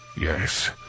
Yes